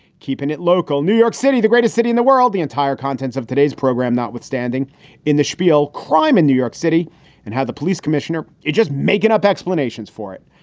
keeping it local, new york city, the greatest city in the world. the entire contents of today's program not withstanding in the spiel crime in new york city and how the police commissioner is just making up explanations for it.